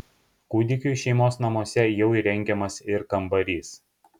kūdikiui šeimos namuose jau įrengiamas ir kambarys